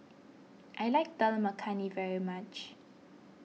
I like Dal Makhani very much